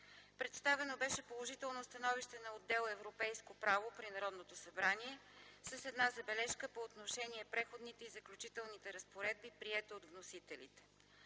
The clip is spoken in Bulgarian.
Представено беше положително становище на отдел „Европейско право” при Народното събрание с една забележка по отношение Преходните и заключителни разпоредби, приета от вносителите.